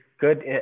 good